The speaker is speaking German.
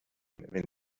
wenn